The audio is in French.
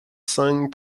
cinq